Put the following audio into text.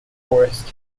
forest